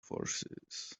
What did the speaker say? forces